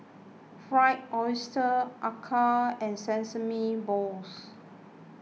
Fried Oyster Acar and Sesame Balls